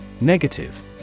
Negative